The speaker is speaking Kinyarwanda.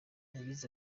yagize